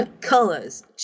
colors